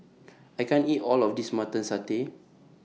I can't eat All of This Mutton Satay